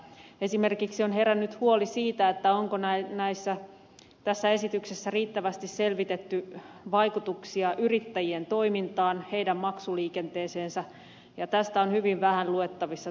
esimerkiksi on herännyt huoli siitä onko tässä esityksessä riittävästi selvitetty vaikutuksia yrittäjien toimintaan heidän maksuliikenteeseensä ja tästä lain perusteluosasta on hyvin vähän luettavissa